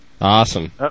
Awesome